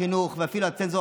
לחזור.